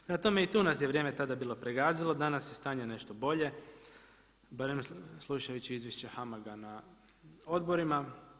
Prema tome i tu nas je vrijeme tada bilo pregazilo, danas je stanje nešto bolje, barem slušajući izvješće HAMAG-a na odborima.